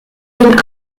den